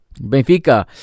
Benfica